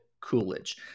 Coolidge